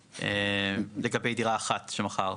לגבי דירה אחת שמכר.